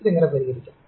ഇതെങ്ങനെ പരിഹരിക്കാം